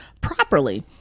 properly